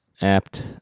apt